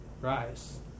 rise